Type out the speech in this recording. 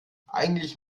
eigentlich